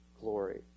glory